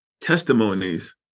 testimonies